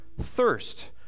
thirst